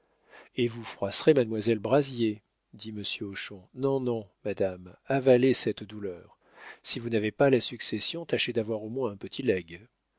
et vous froisserez mademoiselle brazier dit monsieur hochon non non madame avalez cette douleur si vous n'avez pas la succession tâchez d'avoir au moins un petit legs